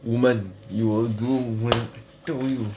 woman you will do when I tell you